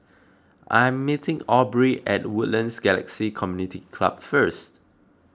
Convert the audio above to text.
I am meeting Aubrie at Woodlands Galaxy Community Club first